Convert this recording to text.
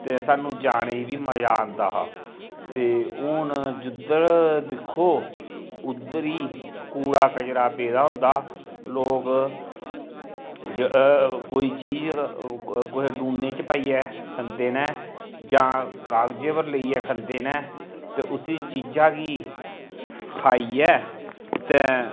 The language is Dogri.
ते सानूं जाने ई बी मज़ा आंदा हा ते हून जिद्धर दिक्खो उद्धर ई कूड़ा कचरा पेदा होंदा लोग कोई चीज़ कुसै डूने च पाइयै खंदे नै जां कागज़ें पर लेइयै खंदे नै ते उस चीज़ा गी खाइयै ते